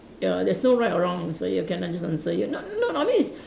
ya there's no right or wrong answer you can not just answer you're not not no this is